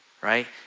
Right